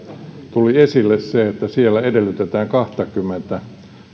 tuli esille se että siellä edellytetään kahtakymmentä